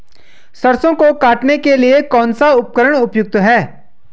सरसों को काटने के लिये कौन सा उपकरण उपयुक्त है?